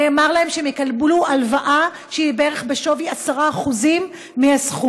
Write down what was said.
נאמר להן שהן יקבלו הלוואה שהיא בערך בשווי 10% מהסכום.